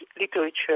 literature